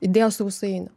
įdėjo sausainių